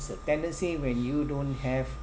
it's a tendency when you don't have